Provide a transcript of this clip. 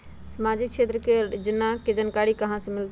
सामाजिक क्षेत्र के योजना के जानकारी कहाँ से मिलतै?